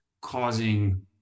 causing